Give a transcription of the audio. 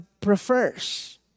prefers